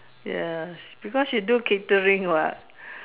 ya because she do catering what